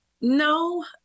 no